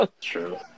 True